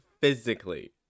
physically